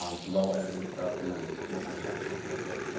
um some level editing stuff and then we'll kind of bounce around a little bit. so